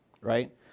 right